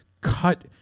cut